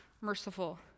merciful